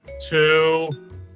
two